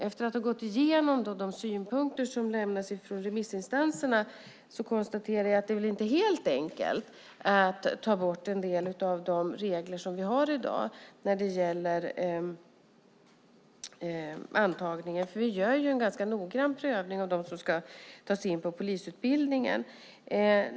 Efter att ha gått igenom de synpunkter som lämnats från remissinstanserna konstaterar jag att det inte är helt enkelt att ta bort en del av de regler vi har i dag för antagningen. Vi gör en ganska noggrann prövning av dem som ska tas in på polisutbildningen.